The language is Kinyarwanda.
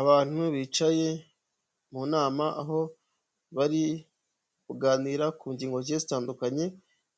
Abantu bicaye mu nama aho bari kuganira ku ngingo zigiye zitandukanye,